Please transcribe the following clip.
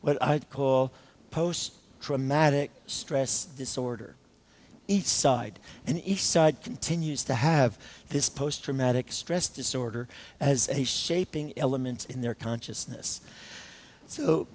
what i call post traumatic stress disorder each side and each side continues to have this post traumatic stress disorder as a shaping element in their consciousness so